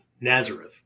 Nazareth